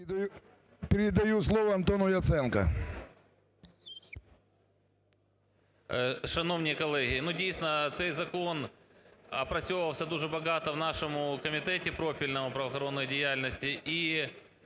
Передаю слово Антону Яценко.